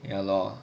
ya lor